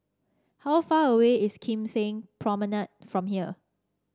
how far away is Kim Seng Promenade from here